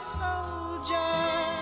soldier